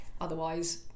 otherwise